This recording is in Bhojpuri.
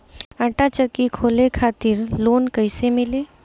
आटा चक्की खोले खातिर लोन कैसे मिली?